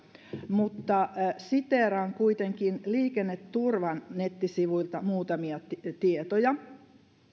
mutta siteeraan liikenneturvan nettisivuilta muutamia tietoja